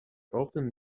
often